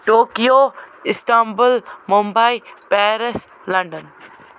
Tokyo Istanbul Mumbai Paris London